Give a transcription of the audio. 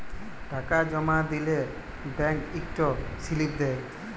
টাকা জমা দিলে ব্যাংক ইকট সিলিপ দেই